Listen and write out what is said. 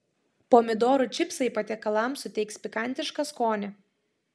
pomidorų čipsai patiekalams suteiks pikantišką skonį